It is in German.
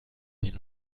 den